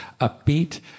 upbeat